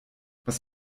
was